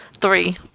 three